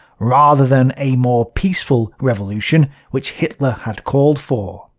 rather than a more peaceful revolution which hitler had called for.